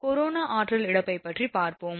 இப்போது கொரோனா ஆற்றல் இழப்பை பற்றி பார்ப்போம்